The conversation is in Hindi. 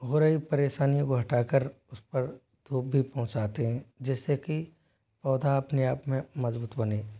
हो रही परेशानीयों को हटाकर उस पर धूप भी पहुँचाते हैं जिससे कि पौधा अपने आप में मजबूत बने